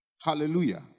hallelujah